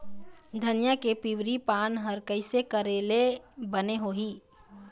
धनिया के पिवरी पान हर कइसे करेले बने होही?